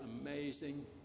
amazing